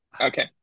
okay